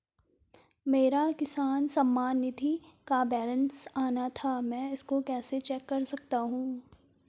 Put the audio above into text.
मेरा किसान सम्मान निधि का बैलेंस आना था मैं इसको कैसे चेक कर सकता हूँ?